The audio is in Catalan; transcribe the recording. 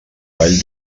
vall